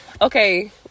okay